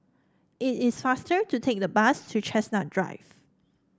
it is faster to take the bus to Chestnut Drive